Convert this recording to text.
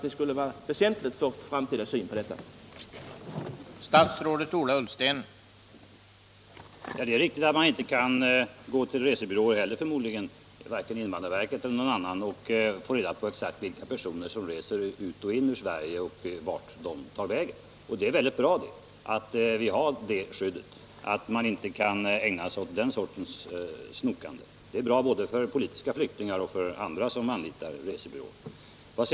Det vore väsentligt för den framtida synen på invandringen.